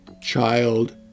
child